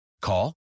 Call